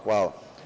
Hvala.